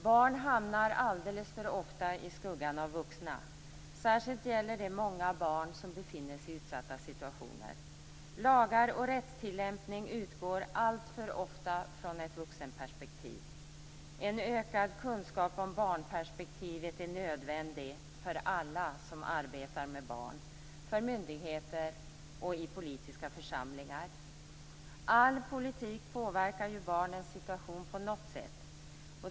Barn hamnar alldeles för ofta i skuggan av vuxna. Särskilt gäller det många barn som befinner sig i utsatta situationer. Lagar och rättstillämpning utgår alltför ofta från ett vuxenperspektiv. En ökad kunskap om barnperspektivet är nödvändig för alla som arbetar med barn, för myndigheter och i politiska församlingar. All politik påverkar barnens situation på något sätt.